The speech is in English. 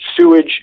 sewage